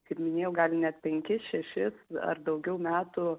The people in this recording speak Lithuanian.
kaip minėjau gali net penkis šešis ar daugiau metų